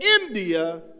India